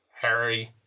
Harry